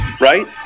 right